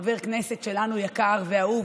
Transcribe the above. חבר כנסת שלנו יקר ואהוב,